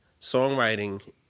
songwriting